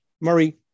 Murray